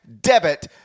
debit